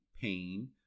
pain